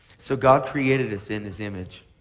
so god created us in his image.